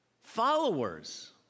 followers